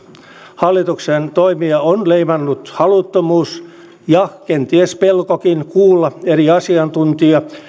hallituksen toimia on leimannut haluttomuus ja kenties pelkokin kuulla eri asiantuntija